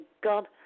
God